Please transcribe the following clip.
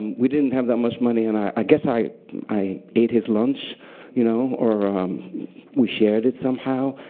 we didn't have that much money and i guess i i ate his lunch you know or um we shared it somehow.